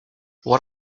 what